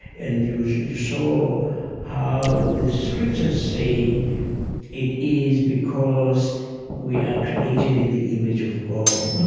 and you saw how the scriptures say it is because we are created in the image of god,